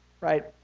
right